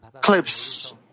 clips